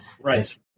right